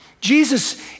Jesus